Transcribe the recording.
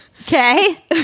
okay